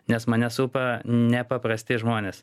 nes mane supa nepaprasti žmonės